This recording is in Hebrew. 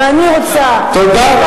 ואני רוצה, תודה.